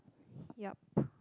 yep